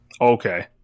okay